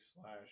slash